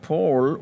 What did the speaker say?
Paul